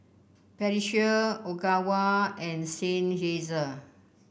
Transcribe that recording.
Pediasure Ogawa and Seinheiser